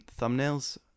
thumbnails